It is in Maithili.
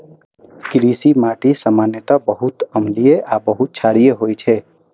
कृषि माटि सामान्यतः बहुत अम्लीय आ बहुत क्षारीय होइ छै